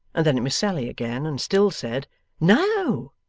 and then at miss sally again, and still said no.